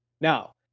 Now